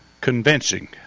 convincing